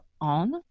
on